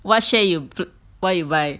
what share you what you buy